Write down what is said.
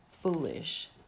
foolish